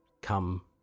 come